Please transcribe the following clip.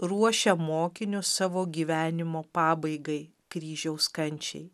ruošia mokinius savo gyvenimo pabaigai kryžiaus kančiai